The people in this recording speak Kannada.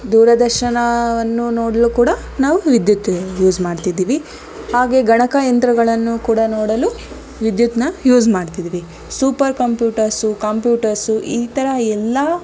ದೂರದರ್ಶವನ್ನು ನೋಡಲು ಕೂಡ ನಾವು ವಿದ್ಯುತ್ ಯೂಸ್ ಮಾಡ್ತಿದ್ದೀವಿ ಹಾಗೆ ಗಣಕಯಂತ್ರಗಳನ್ನು ಕೂಡ ನೋಡಲು ವಿದ್ಯುತ್ನ ಯೂಸ್ ಮಾಡ್ತಿದ್ದೀವಿ ಸೂಪರ್ ಕಂಪ್ಯೂಟರ್ಸು ಕಂಪ್ಯೂಟರ್ಸು ಈ ಥರ ಎಲ್ಲ